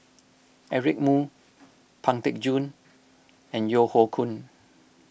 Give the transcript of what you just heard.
Eric Moo Pang Teck Joon and Yeo Hoe Koon